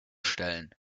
stellen